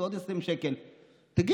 זה עוד 20 שקל.